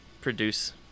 produce